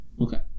okay